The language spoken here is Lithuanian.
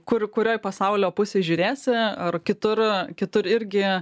kur kurioj pasaulio pusėj žiūrėsi ar kitur kitur irgi